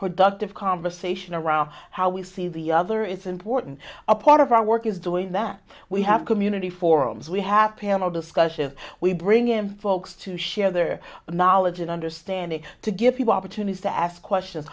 productive conversation around how we see the other is important a part of our work is doing that we have community forums we have panel discussion we bring in folks to share their knowledge and understanding to give people opportunities to ask questions